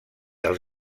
els